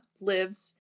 lives